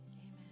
Amen